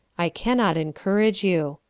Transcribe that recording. i cannot encourage you,